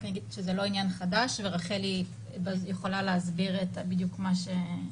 אני אגיד שזה לא עניין חדש ורחל יכולה להסביר בדיוק מה,